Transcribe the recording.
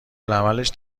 العملش